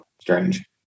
strange